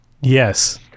Yes